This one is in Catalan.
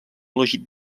elegit